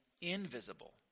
invisible